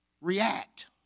react